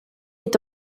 est